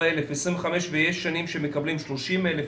אני משתדלת לומר מאתגרות.